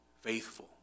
faithful